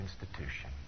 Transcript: institution